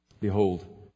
Behold